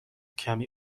کمی